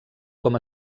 com